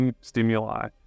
stimuli